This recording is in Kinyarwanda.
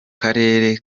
karere